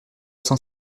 cent